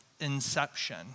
inception